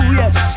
yes